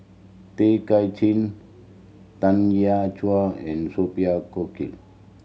Tay Kay Chin Tanya Chua and Sophia Cooke